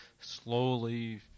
slowly